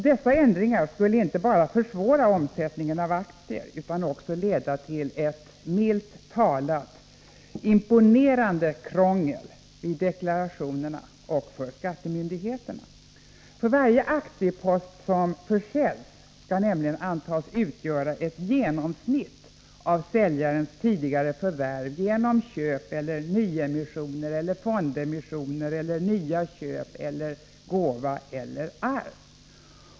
Dessa ändringar skulle inte bara försvåra omsättning av aktier utan också leda till ett milt talat imponerande krångel vid deklarationen och för skattemyndigheterna. Varje aktiepost som säljs skall nämligen antas utgöra ett genomsnitt av säljarens tidigare förvärv genom köp, nyemissioner, fondemissioner, nya köp, gåvor eller arv.